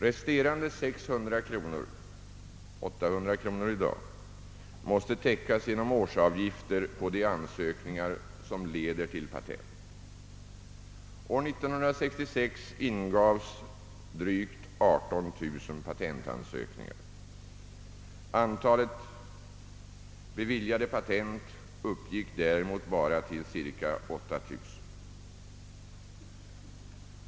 Resterande 600 kronor — 800 kronor i dag — måste täckas genom årsavgifter på de ansökningar som leder till patent. År 1966 ingavs drygt 18 000 patentansökningar. Antalet beviljade patent uppgick däremot bara till cirka 8 000.